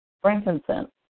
frankincense